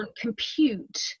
compute